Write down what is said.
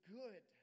good